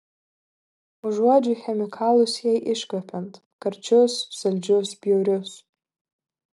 užuodžiu chemikalus jai iškvepiant karčius saldžius bjaurius